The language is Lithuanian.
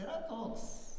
yra toks